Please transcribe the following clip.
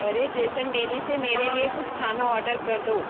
अरे Jason daily से मेरे लिए कुछ खाना ऑर्डर कर दो